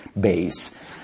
base